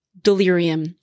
delirium